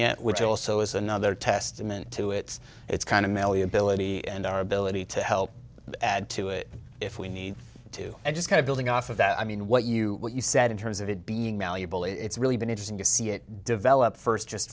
yet which also is another testament to it's it's kind of million delivery and our ability to help add to it if we need to and just kind of building off of that i mean what you what you said in terms of it being malleable it's really been interesting to see it develop first just